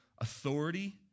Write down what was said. authority